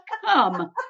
Come